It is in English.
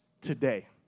today